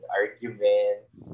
arguments